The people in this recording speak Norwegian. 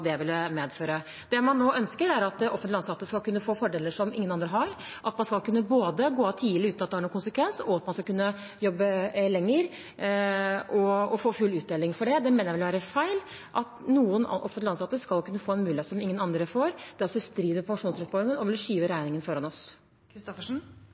det ville medføre. Det man nå ønsker, er at offentlig ansatte skal kunne få fordeler som ingen andre har, at man skal kunne gå av tidlig uten at det har noen konsekvens, og at man skal kunne jobbe lenger og få full uttelling for det. Jeg mener det ville være feil at noen offentlig ansatte skal kunne få en mulighet som ingen andre får. Det er også i strid med pensjonsreformen og vil skyve